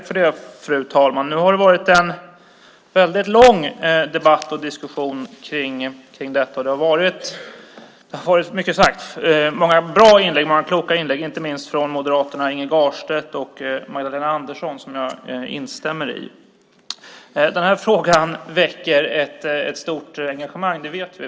Fru talman! Det har varit en väldigt lång debatt och diskussion om detta. Det har varit många bra och kloka inlägg, inte minst från moderaterna Inge Garstedt och Magdalena Andersson, och jag instämmer i dem. Den här frågan väcker ett stort engagemang. Det vet vi.